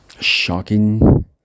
shocking